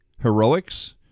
heroics